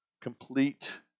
Complete